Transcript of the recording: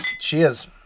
Cheers